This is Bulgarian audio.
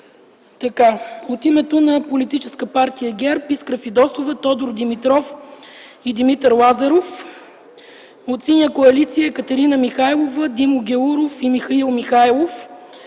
От името на политическа партия ГЕРБ: Искра Фидосова, Тодор Димитров и Димитър Лазаров. От името на Синята коалиция: Екатерина Михайлова, Димо Гяуров и Михаил Михайлов.